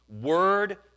word